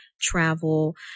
travel